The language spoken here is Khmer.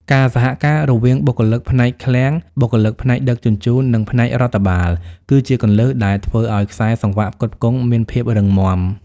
ការសហការរវាងបុគ្គលិកផ្នែកឃ្លាំង បុគ្គលិកផ្នែកដឹកជញ្ជូន និងផ្នែករដ្ឋបាល គឺជាគន្លឹះដែលធ្វើឱ្យខ្សែសង្វាក់ផ្គត់ផ្គង់មានភាពរឹងមាំ។